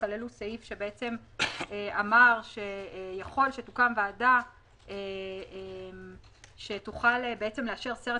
כללו סעיף שאמר שיכול שתוקם ועדה שתוכל לאשר סרט